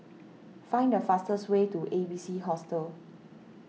find the fastest way to A B C Hostel